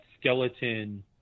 skeleton